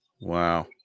Wow